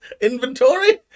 Inventory